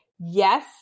yes